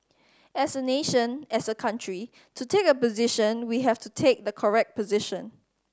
as a nation as a country to take a position we have to take the correct position